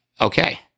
okay